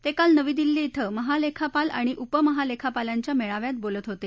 ते काल नवी दिल्ली ॐ महालेखापाल आणि उपमहालेखापालांच्या मेळाव्यात बोलत होते